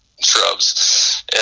shrubs